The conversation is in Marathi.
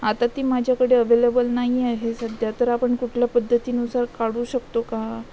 आता ती माझ्याकडे अवेलेबल नाही आहे सध्या तर आपण कुठल्या पद्धतीनुसार काढू शकतो का